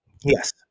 Yes